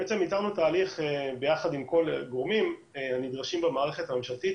בעצם ייצרנו תהליך ביחד עם כל הגורמים הנדרשים במערכת הממשלתית